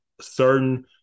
certain